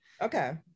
Okay